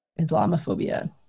Islamophobia